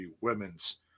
women's